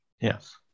Yes